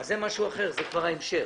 זה משהו אחר, זה כבר ההמשך.